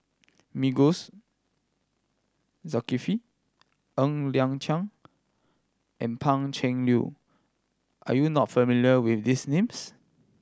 Masagos Zulkifli Ng Liang Chiang and Pan Cheng Lui are you not familiar with these names